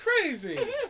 crazy